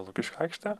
lukiškių aikštė